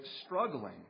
struggling